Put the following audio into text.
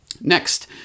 next